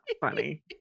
funny